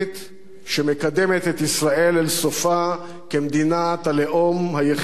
שמקדמת את ישראל אל סופה כמדינת הלאום היחידה עלי